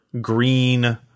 green